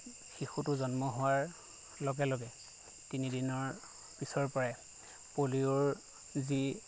শিশুটো জন্ম হোৱাৰ লগে লগে তিনি দিনৰ পিছৰ পৰাই পলিঅ'ৰ যি